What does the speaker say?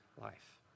life